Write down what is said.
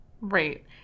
Right